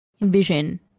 envision